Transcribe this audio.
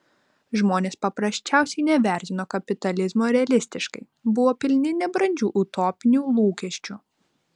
žmonės paprasčiausiai nevertino kapitalizmo realistiškai buvo pilni nebrandžių utopinių lūkesčių